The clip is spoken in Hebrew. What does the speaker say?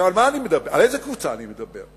על איזה קבוצה אני מדבר?